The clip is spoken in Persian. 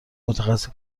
متخصص